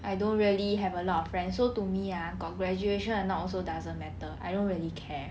I don't really have a lot of friends so to me uh got graduation or not also doesn't matter I don't really care